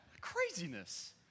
Craziness